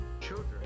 children